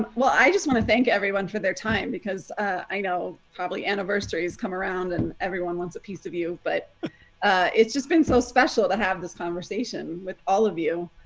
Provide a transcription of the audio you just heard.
well, i just want to thank everyone for their time, because i know probably anniversaries come around and everyone wants a piece of you. but it's just been so special to have this conversation with all of you.